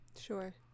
sure